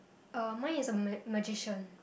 uh mine is a ma~ magician